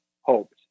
hoped